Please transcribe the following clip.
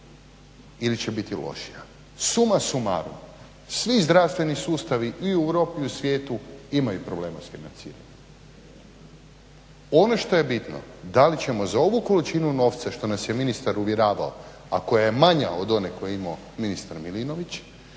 ili će biti lošija. Suma sumarum svi zdravstveni sustavi i u Europi i u svijetu imaju problema s financiranjem. Ono što je bitno da li ćemo za ovu količinu novca što nas je ministar uvjeravao a koja je manja od one koju je imao ministar Milinović